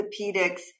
Orthopedics